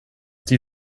die